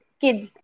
kids